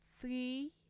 three